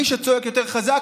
מי שצועק יותר חזק,